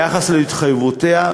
ביחס להתחייבויותיה.